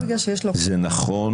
זה נכון